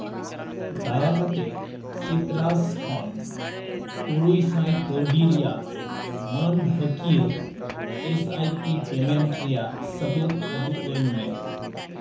ᱫᱟᱭᱟ ᱠᱟᱛᱮᱫ ᱥᱤᱛᱨᱟᱥ ᱠᱷᱚᱱ ᱛᱩᱨᱩᱭ ᱥᱟᱭ ᱠᱟᱹᱣᱰᱤ ᱨᱮᱭᱟᱜ ᱢᱟᱹᱱᱦᱟᱹ ᱠᱤᱭᱟᱹ ᱮᱥ ᱟᱭ ᱯᱤ ᱯᱮᱢᱮᱱᱴ ᱨᱮᱭᱟᱜ ᱥᱟᱹᱵᱩᱫ ᱩᱫᱩᱜ ᱟᱹᱧᱢᱮ